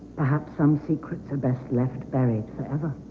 perhaps some secrets are best left buried forever